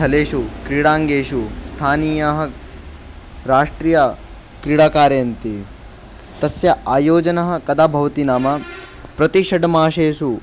स्थलेषु क्रीडाङ्गणेषु स्थानीयाः राष्ट्रीयक्रीडां कारयन्ति तस्य आयोजनं कदा भवति नाम प्रति षड् मासेषु